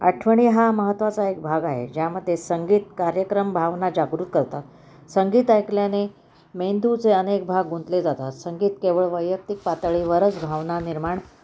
आठवणी हा महत्त्वाचा एक भाग आहे ज्यामध्ये संगीत कार्यक्रम भावना जागृत करतं संगीत ऐकल्याने मेंदूचे अनेक भाग गुंतले जातात संगीत केवळ वैयक्तिक पातळी वरच भावना निर्माण